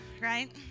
right